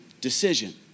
decision